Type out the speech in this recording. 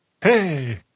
Hey